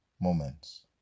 moments